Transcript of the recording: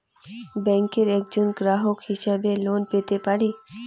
ব্যাংকের একজন গ্রাহক হিসাবে লোন পেতে পারি কি?